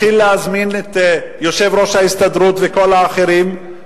מתחיל להזמין את יושב-ראש ההסתדרות וכל האחרים,